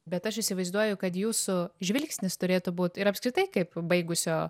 bet aš įsivaizduoju kad jūsų žvilgsnis turėtų būt ir apskritai kaip baigusio